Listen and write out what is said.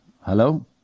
Hello